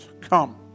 come